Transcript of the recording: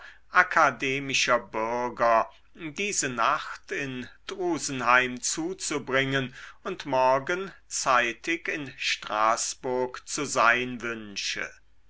akademischer bürger diese nacht in drusenheim zuzubringen und morgen zeitig in straßburg zu sein wünsche